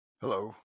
Hello